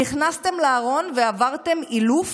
נכנסתם לארון ועברתם אילוף?